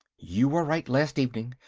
you were right, last evening.